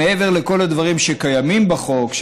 מעבר לכל הדברים שקיימים בחוק,